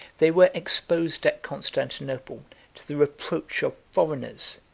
they were exposed at constantinople to the reproach of foreigners,